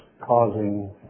causing